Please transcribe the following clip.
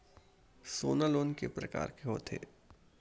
सोना लोन के प्रकार के होथे?